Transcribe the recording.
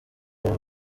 ubu